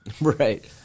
Right